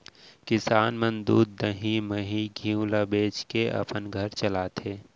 किसान मन दूद, दही, मही, घींव ल बेचके अपन घर चलाथें